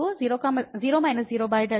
కాబట్టి ఇది 0 అవుతుంది